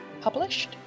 published